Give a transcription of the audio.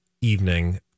evening